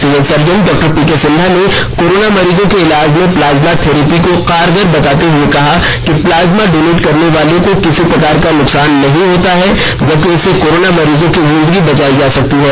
civil surgeon Dr P K Sinha ने corona मरीजों के ईलाज में प्लाज्मा थेरेपी को कारगर बताते हुए कहा प्लाज्मा डोनेट करनेवाले को किसी प्रकार का नुकसान नहीं होता है जबकि इससे कोरोना मरीज की जिंदगी बचाई जा सकती है